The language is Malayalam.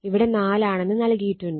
ഇവിടെ 4 ആണെന്ന് നൽകിയിട്ടുണ്ട്